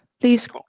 Please